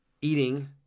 eating